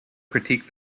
critiqued